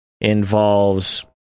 involves